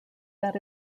that